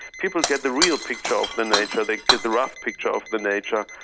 people get the real picture of the nature, they get the rough picture of the nature,